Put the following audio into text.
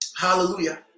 Hallelujah